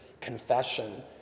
confession